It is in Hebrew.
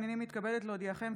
הינני מתכבדת להודיעכם,